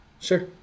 Sure